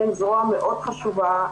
הן זרוע מאוד חשובה,